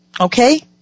Okay